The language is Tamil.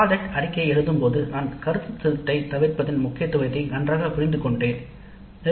"திட்ட அறிக்கையை எழுதும் போது நான் கருத்து திருட்டை தவிர்ப்பதன் முக்கியத்துவத்தை நன்றாக புரிந்துகொண்டேன் "